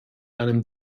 einem